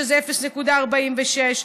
שזה 0.46,